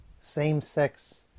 same-sex